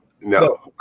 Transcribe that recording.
no